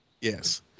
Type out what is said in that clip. Yes